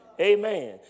amen